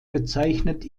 bezeichnet